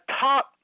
top